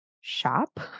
shop